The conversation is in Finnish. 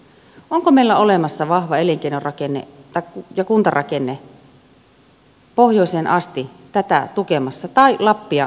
onko meillä olemassa vahva elinkeinorakenne ja kuntarakenne pohjoiseen asti tätä tukemassa tai lappia matkailumaakuntana